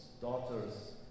daughters